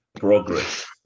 progress